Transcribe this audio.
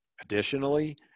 Additionally